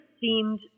seemed